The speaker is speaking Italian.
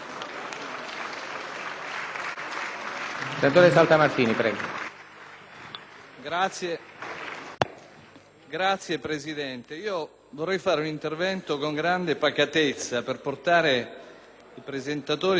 Signor Presidente, vorrei intervenire con grande pacatezza per portare i presentatori di questo emendamento ad un ragionamento che sia anche logico e razionale.